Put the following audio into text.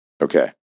Okay